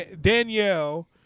Danielle